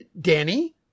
Danny